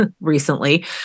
recently